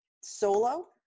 solo